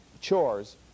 chores